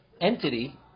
entity